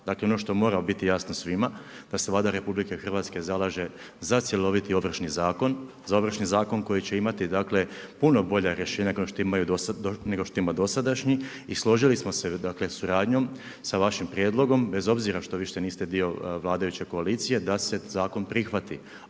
Dakle, ono što mora biti je jasno svima, da se Vlada RH zalaže za cjeloviti Ovršni zakon, za Ovršni zakon koji će imati puno bolja rješenja nego što ima dosadašnji, i složili smo se dakle, suradnjom sa vašim prijedlogom, bez obzira što više niste dio vladajuće koalicije, da se zakon prihvati.